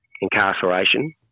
incarceration